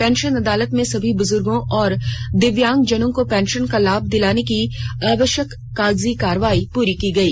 pension अदालत में सभी बुजुर्गों और दिव्यांगजनों को पेंशन का लाभ दिलाने की आवश्यक कागजी कार्रवाई पूरी की गयी